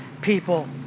people